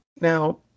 Now